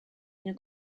une